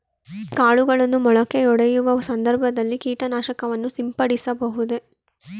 ಕಾಳುಗಳು ಮೊಳಕೆಯೊಡೆಯುವ ಸಂದರ್ಭದಲ್ಲಿ ಕೀಟನಾಶಕವನ್ನು ಸಿಂಪಡಿಸಬಹುದೇ?